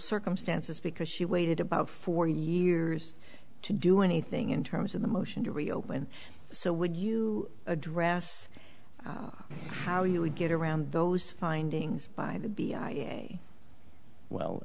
circumstances because she waited about four years to do anything in terms of the motion to reopen so would you address how you would get around those findings by the way well